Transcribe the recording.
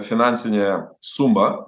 finansinė suma